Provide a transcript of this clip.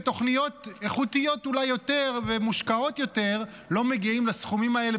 בתוכניות איכותיות אולי יותר ומושקעות יותר לא מגיעים לסכומים האלה,